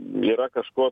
yra kažkuo